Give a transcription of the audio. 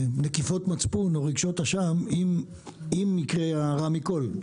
נקיפות מצפון או רגשות אשם אם יקרה הרע מכל.